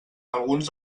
alguns